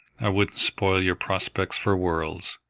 i wouldn't spoil your prospects for worlds.